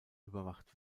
überwacht